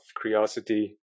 curiosity